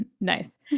nice